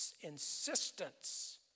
insistence